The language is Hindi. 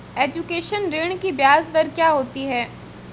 एजुकेशन ऋृण की ब्याज दर क्या होती हैं?